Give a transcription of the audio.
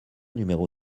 numéro